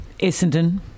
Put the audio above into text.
Essendon